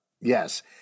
Yes